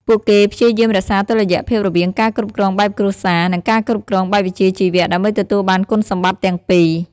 ពួកគេព្យាយាមរក្សាតុល្យភាពរវាងការគ្រប់គ្រងបែបគ្រួសារ និងការគ្រប់គ្រងបែបវិជ្ជាជីវៈ ដើម្បីទទួលបានគុណសម្បត្តិទាំងពីរ។